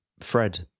Fred